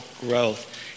growth